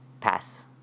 pass